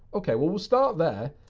ok. well, we'll start there,